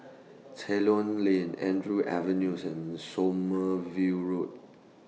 Ceylon Lane Andrews Avenue and Sommerville Road